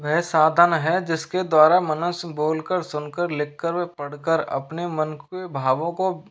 वह साधन है जिस के द्वारा मनुष्य बोल कर सुन कर लिख कर पढ़ कर अपने मन के भावों को